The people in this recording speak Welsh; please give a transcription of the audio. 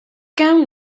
gawn